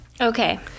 Okay